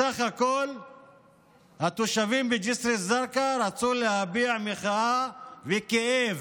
בסך הכול התושבים בג'יסר א-זרקא רצו להביע מחאה וכאב